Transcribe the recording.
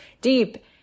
deep